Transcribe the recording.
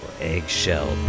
eggshell